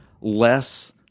less